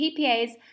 PPA's